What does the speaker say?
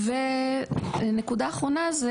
נקודה אחרונה,